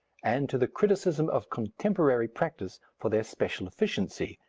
and to the criticism of contemporary practice for their special efficiency,